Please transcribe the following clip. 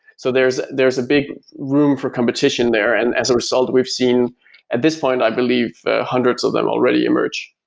so there's there's a big room for competition there. and as a result, we've seen at this point i believe hundreds of them already emerge.